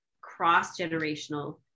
cross-generational